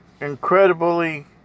incredibly